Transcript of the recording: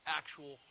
actual